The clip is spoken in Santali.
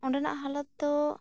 ᱚᱸᱰᱮᱱᱟᱜ ᱦᱟᱞᱚᱛ ᱫᱚ